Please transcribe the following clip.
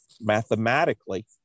mathematically